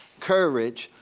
courage,